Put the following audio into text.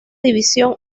división